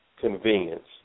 convenience